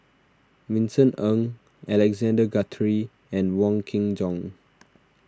Vincent Ng Alexander Guthrie and Wong Kin Jong